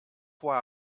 why